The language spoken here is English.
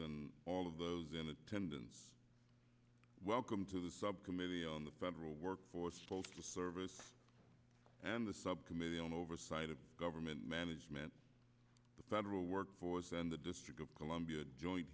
and all of those in attendance welcome to the subcommittee on the federal workforce service and the subcommittee on oversight of government management federal workforce and the district of columbia join